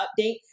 update